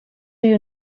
you